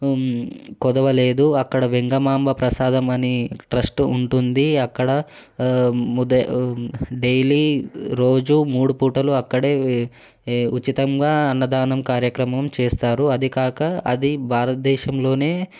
కొదవలేదు అక్కడ వెంగమాంబ ప్రసాదం అని ట్రస్ట్ ఉంటుంది అక్కడ డైలీ రోజూ మూడు పూటలు అక్కడే ఉచితంగా అన్నదానం కార్యక్రమం చేస్తారు అదికాక అది భారతదేశంలోనే